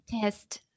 test